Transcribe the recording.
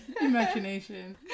Imagination